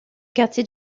quartier